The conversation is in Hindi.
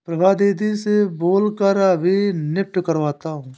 प्रभा दीदी से बोल कर अभी नेफ्ट करवाता हूं